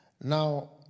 Now